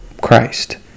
Christ